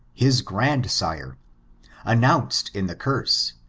his grand-sire, announced in the curse,